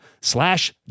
slash